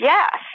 Yes